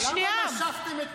למה משכתם את כל ההסתייגויות?